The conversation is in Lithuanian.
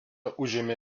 užėmė